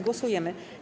Głosujemy.